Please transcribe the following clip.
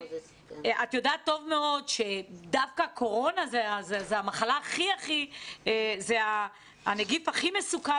טוב מאוד שדווקא קורונה זה הנגיף הכי מסוכן